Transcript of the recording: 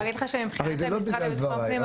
הרי זה לא בגלל דבריי.